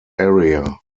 area